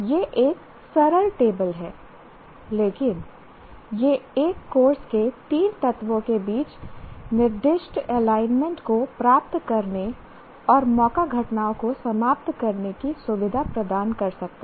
यह एक सरल टेबल है लेकिन यह एक कोर्स के 3 तत्वों के बीच निर्दिष्ट एलाइनमेंट को प्राप्त करने और मौका घटनाओं को समाप्त करने की सुविधा प्रदान कर सकता है